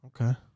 Okay